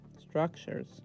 structures